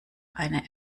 eine